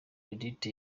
judith